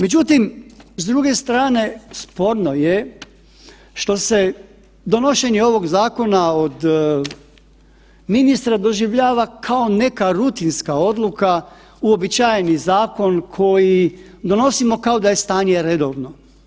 Međutim, s druge strane sporno je što se donošenje ovog zakona od ministra doživljava kao neka rutinska odluka, uobičajeni zakon koji donosimo kao da je stanje redovno.